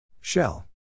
Shell